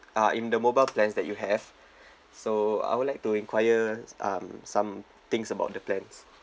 uh in the mobile plans that you have so I would like to inquire um some things about the plans